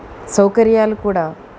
సౌకర్యాలు కూడా